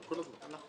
לא אתם.